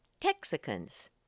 texicans